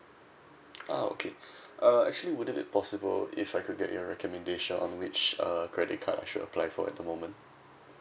ah okay uh actually would it be possible if I could get your recommendation on which err credit card I should apply for at the moment